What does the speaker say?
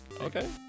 Okay